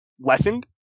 lessened